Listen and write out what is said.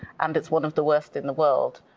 and it's one of the worst in the world.